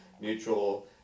mutual